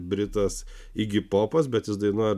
britas igi popas bet jis dainuoja